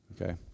okay